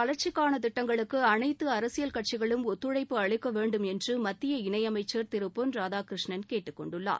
வளர்ச்சிக்கானதிட்டங்களுக்குஅனைத்துஅரசியல் தமிழகத்தின் கட்சிகளும் ஒத்துழைப்பு அளிக்கவேண்டும் என்றுமத்திய இணையமைச்சர் திருடொன் ராதாகிருஷ்ணன் கேட்டுக் கொண்டுள்ளார்